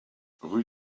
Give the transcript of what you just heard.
rue